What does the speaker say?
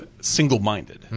Single-minded